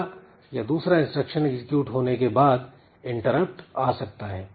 पहला या दूसरा इंस्ट्रक्शन एग्जीक्यूट होने के बाद इंटरप्ट आ सकता है